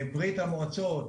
ברית המועצות,